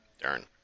darn